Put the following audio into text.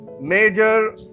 Major